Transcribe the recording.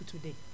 Today